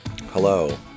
Hello